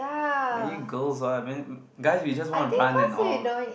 aren't you girls ah I mean guys we just want to run and all